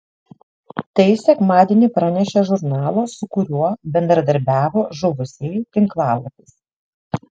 tai sekmadienį pranešė žurnalo su kuriuo bendradarbiavo žuvusieji tinklalapis